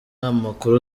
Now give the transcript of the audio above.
amakuru